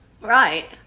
Right